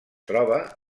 troba